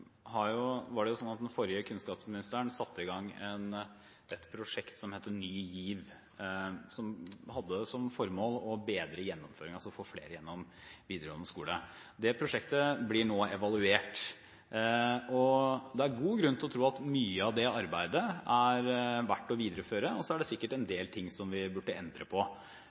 den forrige kunnskapsministeren i gang et prosjekt som heter Ny GIV, som hadde som formål å bedre gjennomføringen – altså få flere gjennom videregående skole. Det prosjektet blir nå evaluert. Det er god grunn til å tro at mye av det arbeidet er verdt å videreføre, og så er det sikkert en del ting som vi bør endre på.